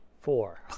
Four